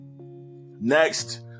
next